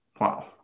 Wow